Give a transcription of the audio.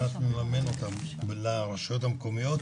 אותם לרשויות המקומיות,